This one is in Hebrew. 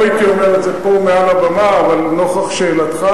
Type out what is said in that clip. לא הייתי אומר את זה פה מעל הבמה אבל נוכח שאלתך,